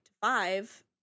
five